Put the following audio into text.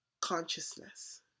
consciousness